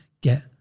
get